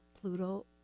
Pluto